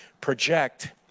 project